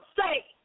say